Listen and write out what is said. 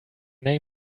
name